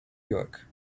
york